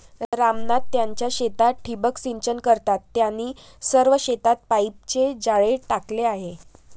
राम नाथ त्यांच्या शेतात ठिबक सिंचन करतात, त्यांनी सर्व शेतात पाईपचे जाळे टाकले आहे